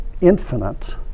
infinite